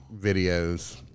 videos